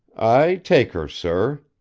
i take her, sir,